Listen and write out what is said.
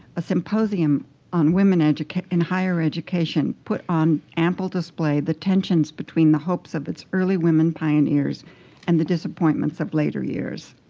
a symposium on women in higher education put on ample display the tensions between the hopes of its early women pioneers and the disappointments of later years.